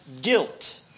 guilt